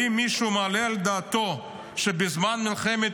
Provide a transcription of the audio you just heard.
האם מישהו מעלה על דעתו שבזמן מלחמת